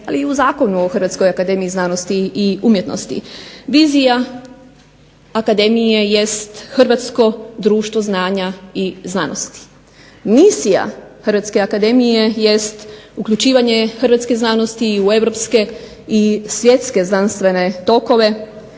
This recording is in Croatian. ali i u Zakonu o Hrvatskoj akademiji znanosti i umjetnosti. Vizija akademije jest hrvatsko društvo znanja i znanosti. Misija jest uključivanje Hrvatske znanosti u Europske i svjetske znanstvene tokove